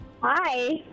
Hi